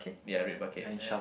they are red bucket ya